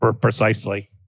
precisely